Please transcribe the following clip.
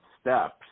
steps